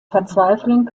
verzweiflung